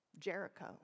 Jericho